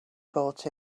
brought